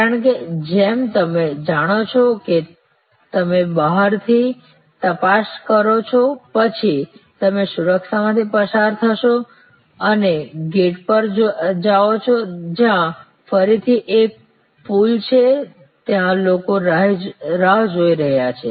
કારણ કે જેમ તમે જાણો છો કે તમે બહારથી તપાસ કરો છો પછી તમે સુરક્ષામાંથી પસાર થશો અને ગેટ પર જાઓ છો જ્યાં ફરીથી એક પૂલ છે ત્યાં લોકો રાહ જોઈ રહ્યા છે